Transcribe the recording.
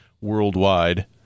worldwide